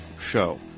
show